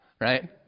right